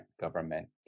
government